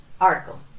article